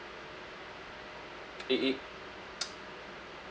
it it